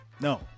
no